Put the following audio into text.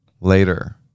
later